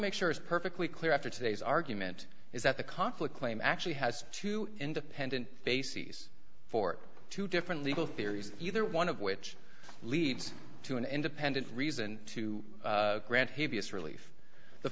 make sure is perfectly clear after today's argument is that the conflict claim actually has two independent bases for two different legal theories either one of which leads to an independent reason to grant heaviest relief the